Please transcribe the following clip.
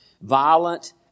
Violent